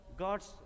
God's